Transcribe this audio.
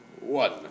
one